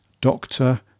Doctor